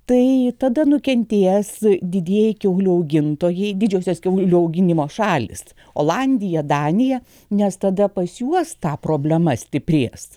tai tada nukentės didieji kiaulių augintojai didžiosios kiaulių auginimo šalys olandija danija nes tada pas juos ta problema stiprės